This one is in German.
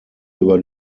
über